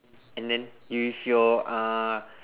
and then you with your uh